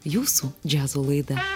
jūsų džiazo laida